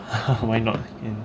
why not